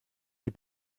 die